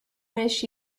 wish